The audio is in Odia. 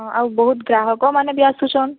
ହଁ ଆଉ ବହୁତ ଗ୍ରାହକ୍ ମାନେ ବି ଆସୁଛନ୍